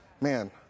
Man